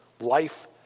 life